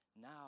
Now